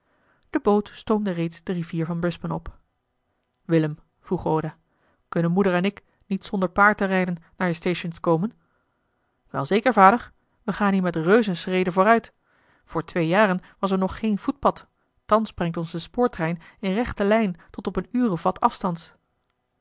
de boot stoomde reeds de rivier van brisbane op willem vroeg roda kunnen moeder en ik niet zonder paard te rijden naar je stations komen wel zeker vader we gaan hier met reuzenschreden vooruit voor twee jaren was er nog geen voetpad thans brengt ons de spoortrein in rechte lijn tot op een uur of wat afstands